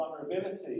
vulnerability